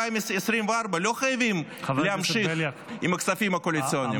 לא חייבים להמשיך עם הכספים הקואליציוניים.